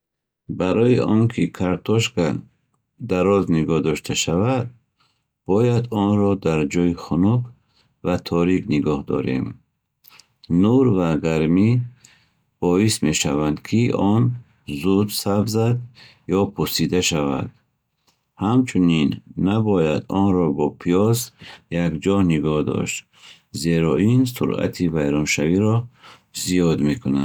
Барои он ки картошка дароз нигоҳ дошта шавад, бояд онро дар ҷои хунук ва торик нигоҳ дорем. Нур ва гармӣ боис мешаванд, ки он зуд сабзад ё пусида шавад. Ҳамчунин, набояд онро бо пиёз якҷо нигоҳ дошт, зеро ин суръати вайроншавиро зиёд мекунад.